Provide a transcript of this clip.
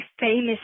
famous